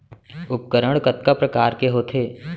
उपकरण कतका प्रकार के होथे?